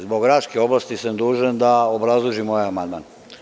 Zbog Raške oblasti sam dužan da obrazložim ovaj amandman.